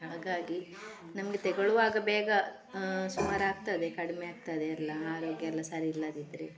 ಹಾಗಾಗಿ ನಮಗೆ ತಗೊಳ್ಳುವಾಗ ಬೇಗ ಸುಮಾರಾಗ್ತದೆ ಕಡಿಮೆಯಾಗ್ತದೆ ಎಲ್ಲ ಆರೋಗ್ಯ ಎಲ್ಲ ಸರಿ ಇಲ್ಲದಿದ್ದರೆ